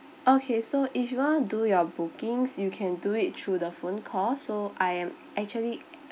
okay so if you want to do your bookings you can do it through the phone call so I am actually